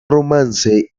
romance